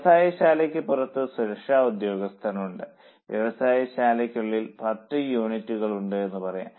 വ്യവസായശാലയ്ക്ക് പുറത്ത് സുരക്ഷാ ഉദ്യോഗസ്ഥൻ ഉണ്ട് വ്യവസായശാലക്കുള്ളിൽ 10 യൂണിറ്റുകൾ ഉണ്ടെന്ന് പറയാം